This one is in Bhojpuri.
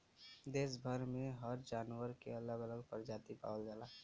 देस भर में हर जानवर के अलग अलग परजाती पावल जाला